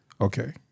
okay